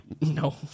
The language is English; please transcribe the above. No